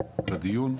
לדיון.